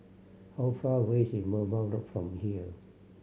how far away is Merbau Road from here